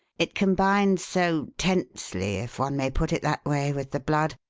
it combines so tensely, if one may put it that way, with the blood,